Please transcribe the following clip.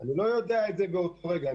אני לא יודע על זה באותו רגע,